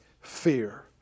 Fear